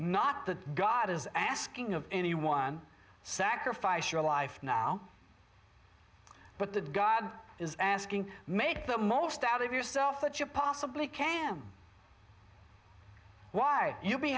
not that god is asking of any one sacrifice your life now but that god is asking make the most out of yourself that you possibly can why you'll be